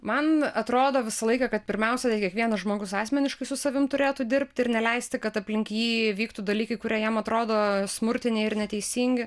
man atrodo visą laiką kad pirmiausia tai kiekvienas žmogus asmeniškai su savim turėtų dirbt ir neleisti kad aplink jį vyktų dalykai kurie jam atrodo smurtiniai ir neteisingi